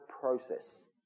process